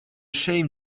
shame